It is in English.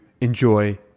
enjoy